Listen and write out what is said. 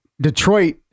Detroit